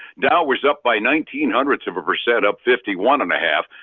dow was up by nineteen hundredths of a percent, up fifty one and a half.